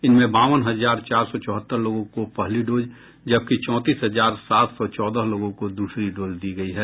इनमें बावन हजार चार सौ चौहत्तर लोगों को पहली डोज जबकि चौंतीस हजार सात सौ चौदह लोगों को दूसरी डोज दी गयी है